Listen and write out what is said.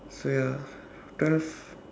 so ya thus